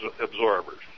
absorbers